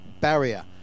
barrier